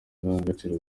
ndangagaciro